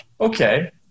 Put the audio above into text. Okay